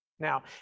Now